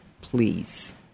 please